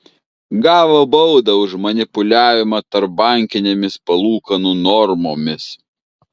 gavo baudą už manipuliavimą tarpbankinėmis palūkanų normomis